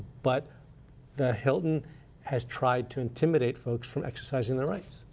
but the hilton has tried to intimidate folks from exercising their rights.